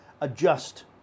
adjust